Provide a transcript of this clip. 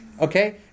Okay